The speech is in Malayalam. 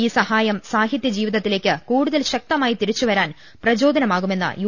ഈ സഹായം സാഹിത്യ ജീവിതത്തിലേക്ക് കൂടുതൽ ശക്തമായി തിരിച്ചുവരാൻ പ്രചോദനമാകുമെന്ന് യു